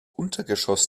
untergeschoss